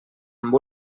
amb